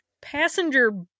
passenger